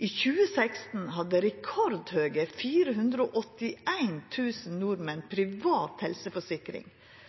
I 2016 hadde rekordhøge 481 000 privat helseforsikring.